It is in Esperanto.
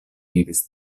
vivis